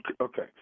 Okay